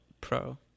pro